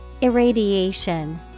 Irradiation